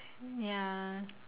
ya